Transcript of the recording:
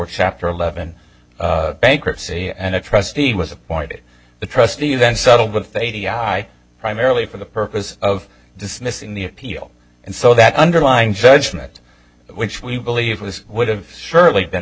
chapter eleven bankruptcy and a trustee was appointed the trustee then settled with eighty i primarily for the purpose of dismissing the appeal and so that underlying judgment which we believe was would have surely been